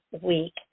week